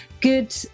good